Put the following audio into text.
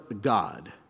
God